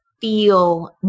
feel